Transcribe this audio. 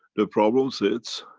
the problem sits,